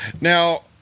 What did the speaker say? Now